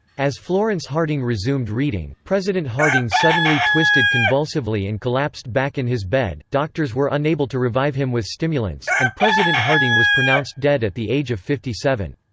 as florence harding resumed reading, president harding suddenly twisted convulsively and collapsed back in his bed doctors were unable to revive him with stimulants, and president harding was pronounced dead at the age of fifty seven.